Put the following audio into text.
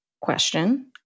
question